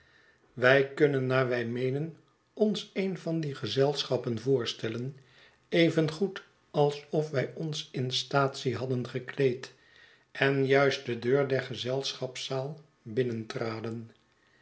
wij kunnen naar wij meenen ons een van die gezelschappen voorstellen evengoed alof wij ons in staatsie hadden gekleed en juist de deur der gezelschapszaal